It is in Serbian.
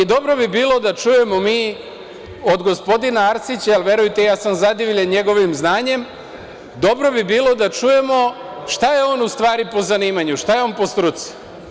Dobro bi bilo da čujemo mi od gospodina Arsića, verujte ja sam zadivljen njegovim znanjem, dobro bi bilo da čujemo šta je on u stvari po zanimanju, šta je on po struci?